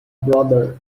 brother